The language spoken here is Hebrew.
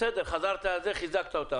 בסדר, חיזקת אותם.